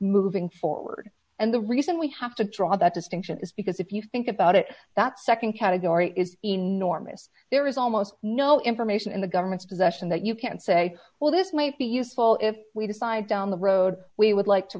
moving forward and the reason we have to draw that distinction is because if you think about it that nd category is enormous there is almost no information in the government's possession that you can say well this might be useful if we decide down the road we would like to